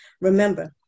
Remember